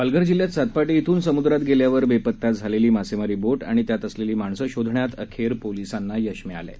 पालघर जिल्ह्यात सातपाटी इथून समुद्रात गेल्यावर बेपत्ता झालेली मासेमारी बोट आणि त्यात असलेली माणसं शोधण्यात अखेर पोलिसांना यश मिळालं आहे